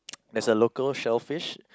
there's a local shellfish